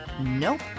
Nope